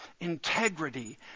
integrity